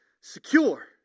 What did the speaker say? secure